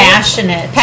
Passionate